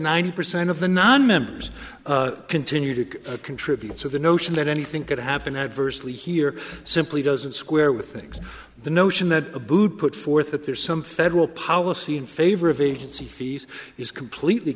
ninety percent of the nonmembers continue to contribute so the notion that anything could happen adversely here simply doesn't square with things the notion that abood put forth that there's some federal policy in favor of agency fees is completely